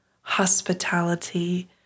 hospitality